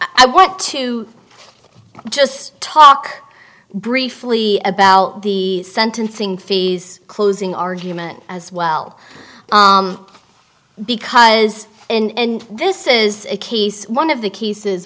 i want to just talk briefly about the sentencing phase closing argument as well because and this is a case one of the cases